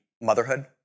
motherhood